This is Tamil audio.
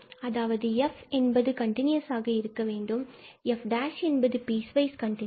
அதாவது f என்பது கன்டினுயஸாக இருக்கவேண்டும் மற்றும் f' இது பீஸ் வைஸ் கண்டினுயஸ்